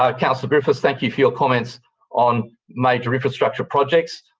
um councillor griffiths, thank you for your comments on major infrastructure projects.